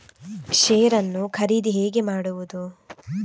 Share ನ್ನು ಖರೀದಿ ಹೇಗೆ ಮಾಡುವುದು?